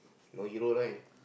no hero right